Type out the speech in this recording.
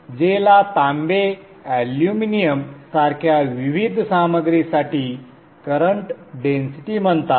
J ला तांबे aluminium सारख्या विविध सामग्रीसाठी करंट डेन्सिटी म्हणतात